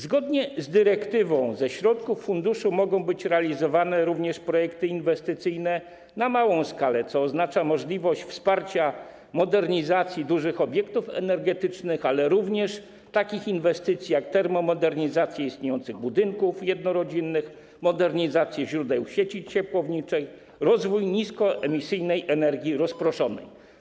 Zgodnie z dyrektywą ze środków funduszu mogą być realizowane również projekty inwestycyjne na małą skalę, co oznacza możliwość wsparcia modernizacji dużych obiektów energetycznych, ale również takich inwestycji jak termomodernizacje istniejących budynków jednorodzinnych, modernizacje źródeł sieci ciepłowniczej i rozwój niskoemisyjnej energii rozproszonej.